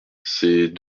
ces